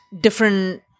different